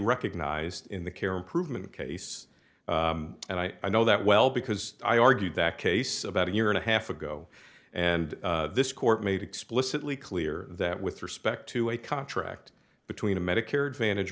recognized in the care improvement case and i know that well because i argued that case about a year and a half ago and this court made explicitly clear that with respect to a contract between a medicare advantage